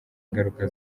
ingaruka